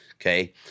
Okay